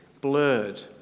blurred